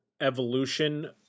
evolution